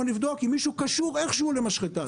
אנחנו נבדוק אם מישהו קשור איכשהו למשחטה.